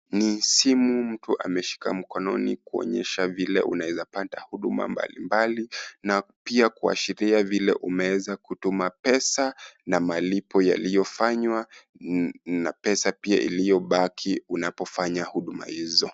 Ni simu mtu ameshika mkononi kuonyesha vile unaeza pata huduma mbali mbali na pia kuashiria vile imeweza kutuma pesa na malipo yaliyofanywa na pesa iliyobaki unapofanya huduma hizo.